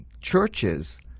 churches